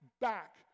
back